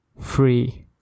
free